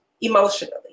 emotionally